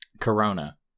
Corona